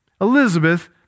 Elizabeth